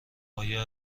آیا